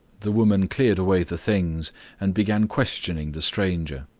the woman cleared away the things and began questioning the stranger.